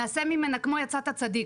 נעשה ממנה כמו 'יצאת צדיק',